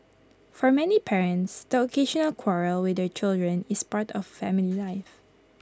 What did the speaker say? for many parents the occasional quarrel with their children is part of family life